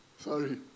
Sorry